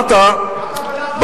אמרת,